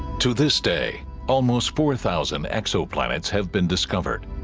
to this day almost four thousand exoplanets have been discovered